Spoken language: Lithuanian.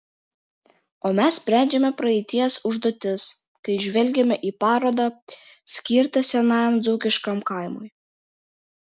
o mes sprendžiame praeities užduotis kai žvelgiame į parodą skirtą senajam dzūkiškam kaimui